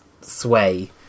Sway